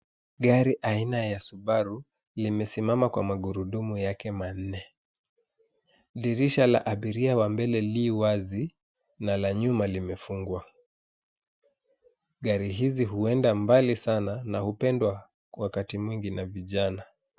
Gari aina ya[CS ]Subaru limesimama kwa magurudumu yake manne. Dirisha la abiria wa mbele li wazi na la nyuma limefungwa. Gari hizi huenda mbali sana na hupendwa wakati mwingi na vijana.